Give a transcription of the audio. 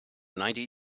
ninety